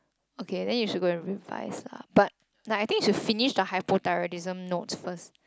okay then should go and revise lah but I think you finish the hypothyroidism notes first